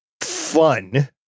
fun